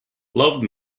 love